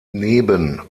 neben